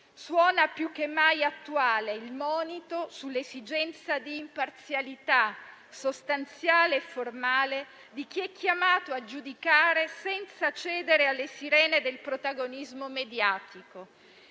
Suona più che mai attuale il monito sull'esigenza di imparzialità, sostanziale e formale, di chi è chiamato a giudicare senza cedere alle sirene del protagonismo mediatico